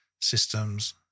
systems